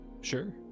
Sure